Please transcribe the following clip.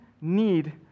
need